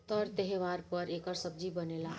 तर त्योव्हार पर एकर सब्जी बनेला